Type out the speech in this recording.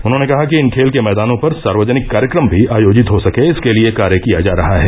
उन्होंने कहा कि इन खेल के मैदानों पर सार्वजनिक कार्यक्रम भी आयोजित हो सके इसके लिये कार्य किया जा रहा है